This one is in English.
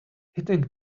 hitting